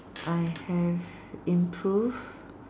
I have improved